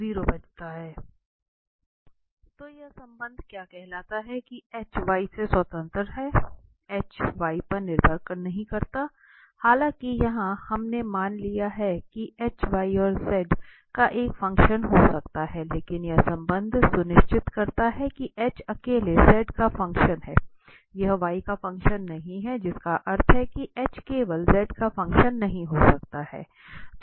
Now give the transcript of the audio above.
तो यह संबंध क्या कहता है कि h y से स्वतंत्र है h y पर निर्भर नहीं करता है हालांकि यहां हमने मान लिया है कि h y और z का एक फ़ंक्शन हो सकता है लेकिन यह संबंध सुनिश्चित करता है कि h अकेले z का फ़ंक्शन है यह y का फ़ंक्शन नहीं है जिसका अर्थ है कि h केवल z का फ़ंक्शन नहीं हो सकता है